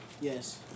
Yes